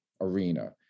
arena